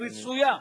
היא רצויה,